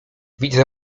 widzę